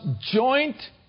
joint